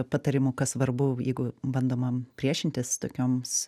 patarimų kas svarbu jeigu bandoma priešintis tokioms